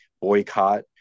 boycott